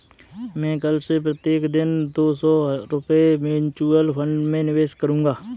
मैं कल से प्रत्येक दिन दो सौ रुपए म्यूचुअल फ़ंड में निवेश करूंगा